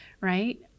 right